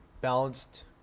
balanced